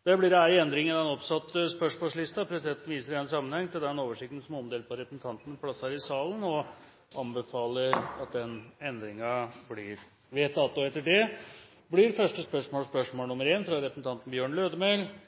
Det blir én endring i den oppsatte spørsmålslisten. Presidenten viser i den sammenheng til den oversikt som er omdelt på representantenes plasser. Den foreslåtte endringen i dagens spørretime foreslås godkjent. – Det anses vedtatt. Endringen var som følger: Spørsmål 7, fra representanten